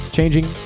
Changing